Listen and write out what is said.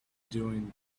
doing